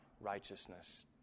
righteousness